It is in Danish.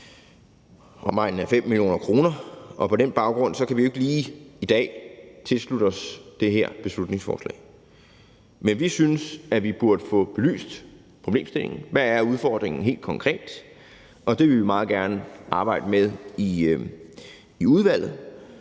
omegnen af 5 mio. kr., og på den baggrund kan vi jo ikke lige i dag tilslutte os det her beslutningsforslag. Men vi synes, at vi burde få belyst problemstillingen, i forhold til hvad udfordringen helt konkret er, og det vil vi meget gerne arbejde med i udvalget,